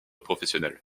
professionnels